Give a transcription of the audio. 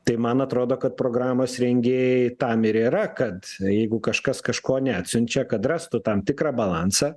tai man atrodo kad programos rengėjai tam ir yra kad jeigu kažkas kažko neatsiunčia kad rastų tam tikrą balansą